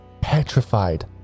petrified